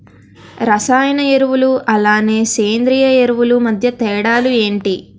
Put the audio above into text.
రసాయన ఎరువులు అలానే సేంద్రీయ ఎరువులు మధ్య తేడాలు ఏంటి?